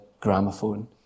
gramophone